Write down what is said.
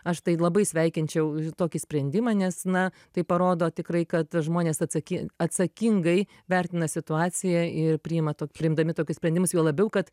aš tai labai sveikinčiau tokį sprendimą nes na tai parodo tikrai kad žmonės atsakin atsakingai vertina situaciją ir priima tok priimdami tokius sprendimus juo labiau kad